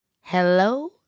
Hello